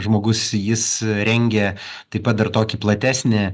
žmogus jis rengia taip pat dar tokį platesnį